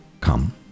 come